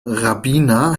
rabbiner